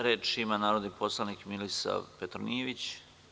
Reč ima narodni poslanik Milisav Petronijević.